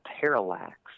parallax